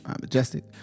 Majestic